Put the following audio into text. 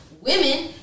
women